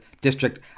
district